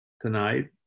tonight